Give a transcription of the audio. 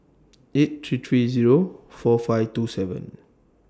eight three three Zero four five two seven